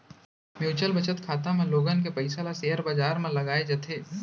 mutual बचत खाता म लोगन के पइसा ल सेयर बजार म लगाए जाथे